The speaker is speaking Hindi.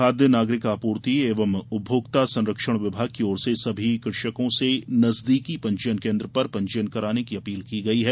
खाद्य नागरिक आपूर्ति एव उपमोक्ता संरक्षण विभाग की ओर से सभी कृषकों से नजदीकी पंजीयन केंद्र पर पंजीयन कराने की अपील की गई है